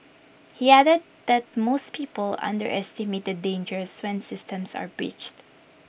he added that most people underestimate the dangers when systems are breached